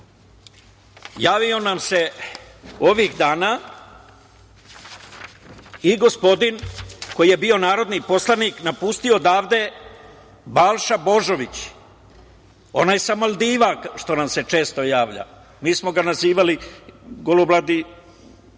javio nam se ovih dana i gospodin koji je bio narodni poslanik, napustio nas odavde, Balša Božović, onaj sa Maldiva što nam se često javlja. Mi smo ga nazivali „golobradi sa Maldiva“.